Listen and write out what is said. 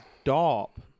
Stop